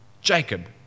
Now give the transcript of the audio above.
Jacob